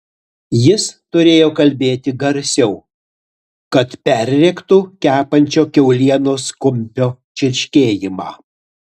jis turėjo kalbėti garsiau kad perrėktų kepančio kiaulienos kumpio čirškėjimą